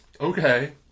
Okay